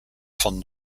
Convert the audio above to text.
von